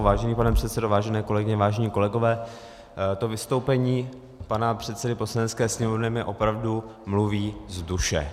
Vážený pane předsedo, vážené kolegyně, vážení kolegové, vystoupení pana předsedy Poslanecké sněmovny mi opravdu mluví z duše.